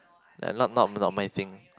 like no not not not my thing